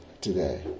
today